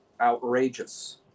outrageous